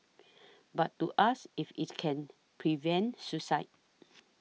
but to ask if it can prevent suicide